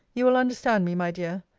you will understand me, my dear.